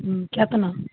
हूँ केतना